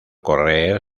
correr